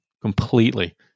completely